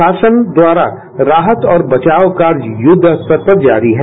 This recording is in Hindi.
प्रशासन द्वारा राहत और बचाव कार्य युद्धस्तर पर जारी है